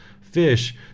fish